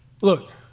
look